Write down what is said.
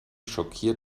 schockiert